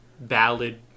ballad